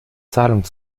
zahlung